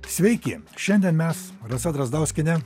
sveiki šiandien mes rasa drazdauskienė